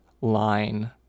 line